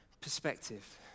perspective